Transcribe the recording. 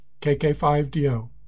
KK5DO